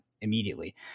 immediately